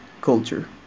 culture